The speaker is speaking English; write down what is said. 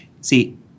See